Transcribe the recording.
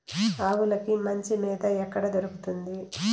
ఆవులకి మంచి మేత ఎక్కడ దొరుకుతుంది?